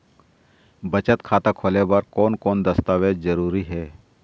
बचत खाता खोले बर कोन कोन दस्तावेज जरूरी हे?